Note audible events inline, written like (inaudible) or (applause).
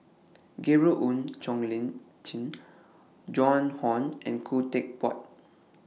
Gabriel Oon Chong Lin Jin (noise) Joan Hon and Khoo Teck Puat